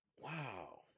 Wow